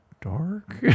dark